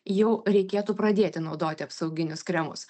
jau reikėtų pradėti naudoti apsauginius kremus